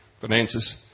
Finances